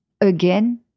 again